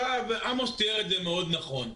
עמוס תיאר את זה מאוד נכון.